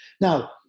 Now